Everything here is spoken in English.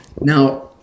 Now